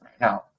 now